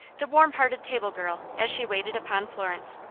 the warm-hearted table girl, as she waited upon florence.